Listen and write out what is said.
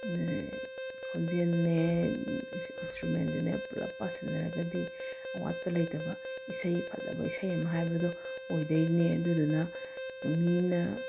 ꯈꯣꯟꯖꯦꯜꯅꯦ ꯏꯟꯁꯇ꯭ꯔꯨꯃꯦꯟꯗꯨꯅꯦ ꯄꯨꯂꯞ ꯄꯥꯁꯤꯟꯅꯔꯒꯗꯤ ꯑꯋꯥꯠꯄ ꯂꯩꯇꯕ ꯏꯁꯩ ꯐꯖꯕ ꯏꯁꯩ ꯑꯃ ꯍꯥꯏꯕꯗꯣ ꯑꯣꯏꯗꯩꯅꯦ ꯑꯗꯨꯗꯨꯅ ꯃꯤꯅ